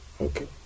Okay